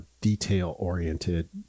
detail-oriented